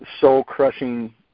soul-crushing